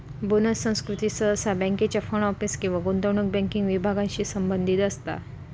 bonus संस्कृती सहसा बँकांच्या फ्रंट ऑफिस किंवा गुंतवणूक बँकिंग विभागांशी संबंधित असता